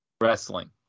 wrestling